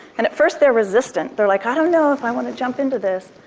and at first they're resistant. they're like, i don't know if i want to jump into this,